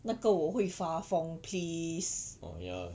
那个我会发疯 please